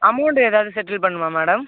amount ஏதாவது settle பண்ணனுமா madam